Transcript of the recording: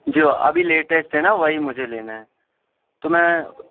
جو ابھی لیٹسٹ ہے نا وہی مجھے لینا ہے تو میں